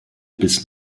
bis